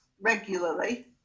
regularly